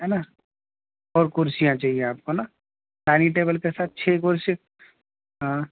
ہے نا اور کرسیاں چاہیے آپ کو نا ڈائنگ ٹیبل کے ساتھ چھ کرسی ہاں